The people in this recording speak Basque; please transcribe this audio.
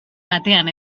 batean